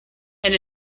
and